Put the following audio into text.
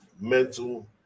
mental